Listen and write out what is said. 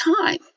time